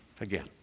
again